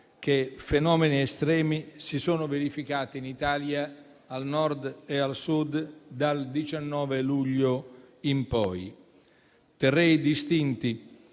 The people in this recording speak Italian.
dei fenomeni estremi che si sono verificati in Italia al Nord e al Sud dal 19 luglio in poi. Terrei distinti